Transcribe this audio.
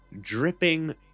dripping